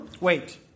Wait